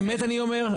באמת אני אומר,